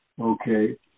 okay